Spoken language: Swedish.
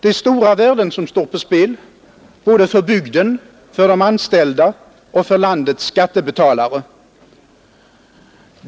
Det är stora värden som står på spel både för bygden, för de anställda och för landets skattebetalare.